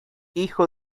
hijo